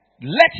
Let